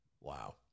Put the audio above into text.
Wow